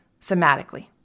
somatically